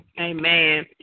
Amen